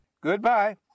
Goodbye